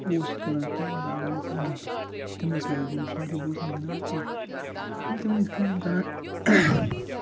اوس سُہ کَران کٲم لاگان ٲسۍ أسۍ گِنٛدُن تِم ٲسۍ لاگان گِنٛدُن سورُے بہٕ اوس نہٕ گِنٛدان کیٚنٛہہ ییٚلہِ تِم ٲسۍ کٲم کَران